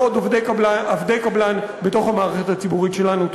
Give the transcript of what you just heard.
לא עוד עבדי קבלן בתוך המערכת הציבורית שלנו.